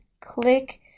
click